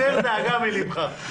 הסר דאגה מליבך.